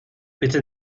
bitte